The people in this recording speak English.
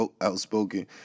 outspoken